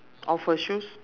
of her shoes